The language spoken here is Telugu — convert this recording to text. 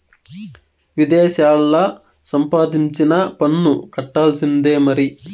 విదేశాల్లా సంపాదించినా పన్ను కట్టాల్సిందే మరి